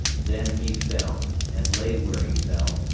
then he fell, and lay where he fell,